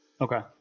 Okay